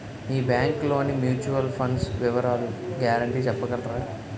మీ bank లోని mutual fund వివరాల guarantee చెప్పగలరా?